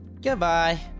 goodbye